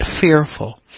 fearful